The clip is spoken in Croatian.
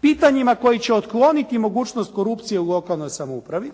pitanjima koji će otkloniti mogućnost korupcije u lokalnoj samoupravi,